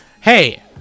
Hey